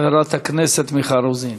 לחברת הכנסת מיכל רוזין.